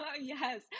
yes